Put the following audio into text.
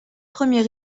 premiers